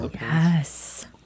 Yes